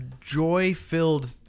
joy-filled